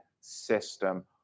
system